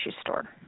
store